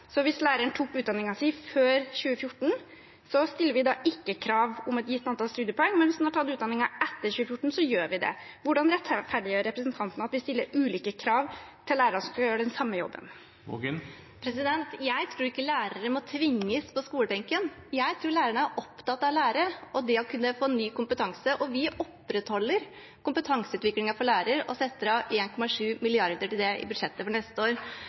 før 2014, stiller vi ikke krav om et gitt antall studiepoeng, men hvis man har tatt utdanningen etter 2014, gjør vi det. Hvordan rettferdiggjør representanten at vi stiller ulike krav til lærere som skal gjøre den samme jobben? Jeg tror ikke lærere må tvinges på skolebenken. Jeg tror lærerne er opptatt av å lære og det å kunne få ny kompetanse. Vi opprettholder kompetanseutviklingen for lærere og setter av 1,7 mrd. kr til det i budsjettet for neste år.